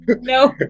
No